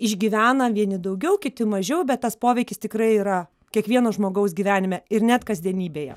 išgyvena vieni daugiau kiti mažiau bet tas poveikis tikrai yra kiekvieno žmogaus gyvenime ir net kasdienybėje